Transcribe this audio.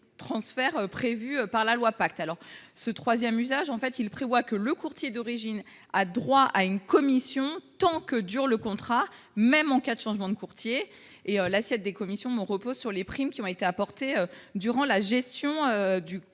transferts prévus par la loi pacte alors ce 3ème usage en fait. Il prévoit que le courtier d'origine a droit à une commission tant que dure le contrat, même en cas de changement de courtiers et l'assiette des commissions Mon Repos sur les primes qui ont été apportées durant la gestion du